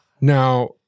Now